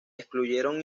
incluyeron